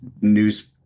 news